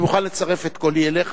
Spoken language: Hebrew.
אני מוכן לצרף את קולי אליך,